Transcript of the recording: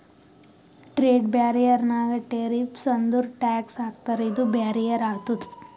trade barrier ನಾಗ್ tariffs ಅಂದುರ್ tax ಹಾಕ್ತಾರ ಇದು ಬ್ಯಾರಿಯರ್ ಆತುದ್